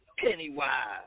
Pennywise